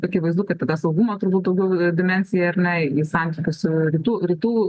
akivaizdu kad apie saugumą turbūt daugiau dimensiją ar ne į santykius su rytų rytų